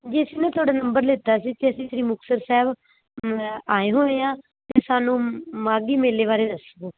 ਜੀ ਅਸੀਂ ਨਾ ਤੁਹਾਡਾ ਨੰਬਰ ਲਿੱਤਾ ਸੀ ਅਤੇ ਅਸੀਂ ਸ਼੍ਰੀ ਮੁਕਤਸਰ ਸਾਹਿਬ ਆਏ ਹੋਏ ਹਾਂ ਅਤੇ ਸਾਨੂੰ ਮਾਘੀ ਮੇਲੇ ਬਾਰੇ ਦੱਸੋ